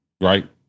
right